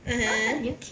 (uh huh)